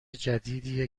جدیدیه